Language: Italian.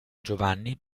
giovanni